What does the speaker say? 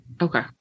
Okay